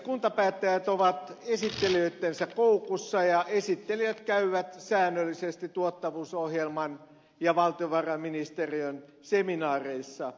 kuntapäättäjät ovat esittelijöittensä koukussa ja esittelijät käyvät säännöllisesti tuottavuusohjelman ja valtiovarainministeriön seminaareissa